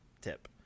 tip